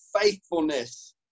faithfulness